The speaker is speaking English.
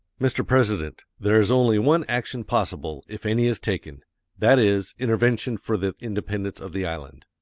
mr. president, there is only one action possible, if any is taken that is, intervention for the independence of the island.